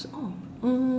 oh mm